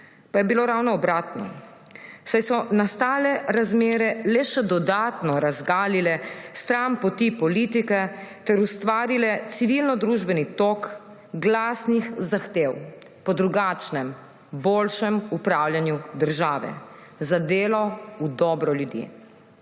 Pa je bilo ravno obratno, saj so nastale razmere le še dodatno razgalile stranpoti politike ter ustvarile civilnodružbeni tok glasnih zahtev po drugačnem, boljšem upravljanju države, za delo v dobro ljudi.